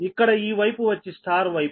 ఇక్కడ ఈ వైపు వచ్చి Y వైపు